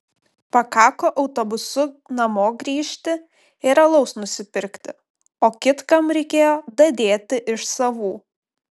pakako autobusu namo grįžti ir alaus nusipirkti o kitkam reikėjo dadėti iš savų